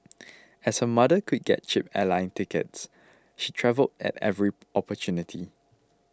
as her mother could get cheap airline tickets she travelled at every opportunity